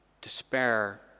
Despair